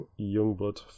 Youngblood